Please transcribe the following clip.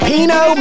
Pino